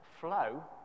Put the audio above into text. flow